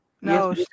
No